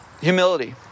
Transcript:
humility